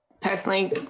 personally